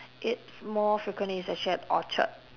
eat more frequently is actually at orchard